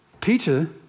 Peter